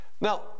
Now